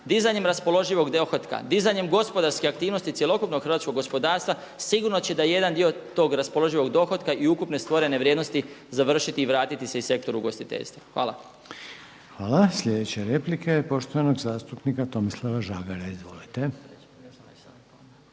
Dizanjem raspoloživog dohotka, dizanjem gospodarske aktivnosti cjelokupnog hrvatskog gospodarstva sigurno će jedan dio tog raspoloživog dohotka i ukupne stvorene vrijednosti završiti i vratiti se i u sektor ugostiteljstva. Hvala. **Reiner, Željko (HDZ)** Hvala. Sljedeća replika je poštovanog zastupnika Tomislava Žagara. Izvolite.